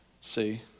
See